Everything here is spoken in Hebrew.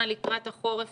בישיבת